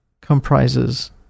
comprises